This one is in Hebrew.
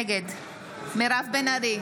נגד מירב בן ארי,